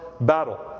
battle